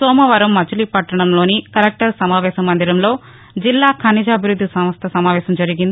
సోమవారం మచిలీపట్లణం లోని కలెక్టరేట్ సమావేశ మందిరంలో జిల్లా ఖనిజ అభివృద్ది సంస్థ సమావేశం జరిగింది